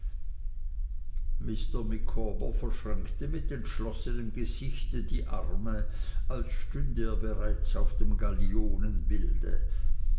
mr micawber verschränkte mit entschlossenem gesicht die arme als stünde er bereits auf dem